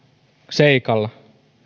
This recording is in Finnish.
seikalla